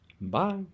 Bye